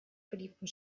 beliebten